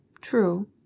true